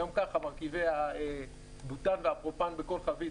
גם ככה מרכיבי הבוטאן והפרופאן בכל חבית